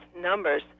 numbers